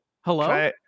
Hello